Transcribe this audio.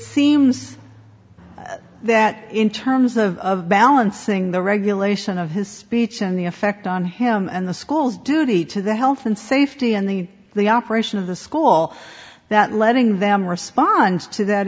seems that in terms of balancing the regulation of his speech and the effect on him and the school's duty to the health and safety and the the operation of the school that letting them respond to that